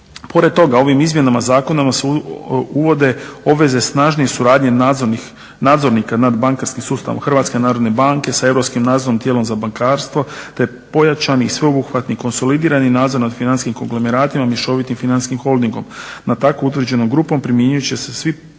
pored toga ovim izmjenama zakona nas uvode obveze snažnije suradnje nadzornika nad bankarskim sustavom HNB sa europskim nadzornim tijelom za bankarstvo te pojačani i sveobuhvatni konsolidirani nadzor nad financijskim konglomeratima mješovitim financijskim holdingom na tako utvrđenom grupom primijenit će se svi